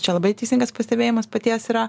čia labai teisingas pastebėjimas paties yra